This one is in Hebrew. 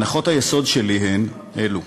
הנחות היסוד שלי הן אלו: